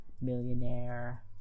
millionaire